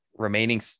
remaining